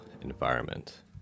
environment